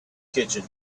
kitchen